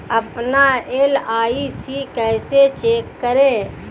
अपना एल.आई.सी कैसे चेक करें?